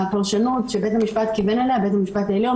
הפרשנות שבית המשפט העליון כיוון אליה בפסק